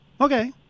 Okay